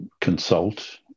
consult